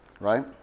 Right